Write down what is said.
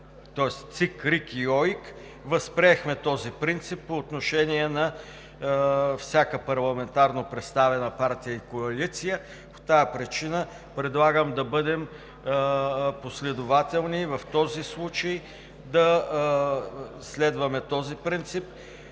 ЦИК, РИК и ОИК възприехме този принцип по отношение на всяка парламентарно представена партия и коалиция. По тази причина предлагам да бъдем последователни, в този случай да следваме този принцип.